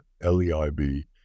L-E-I-B